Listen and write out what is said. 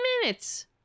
minutes